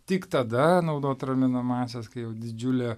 tik tada naudot raminamąsias kai jau didžiulė